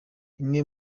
imwe